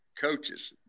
coaches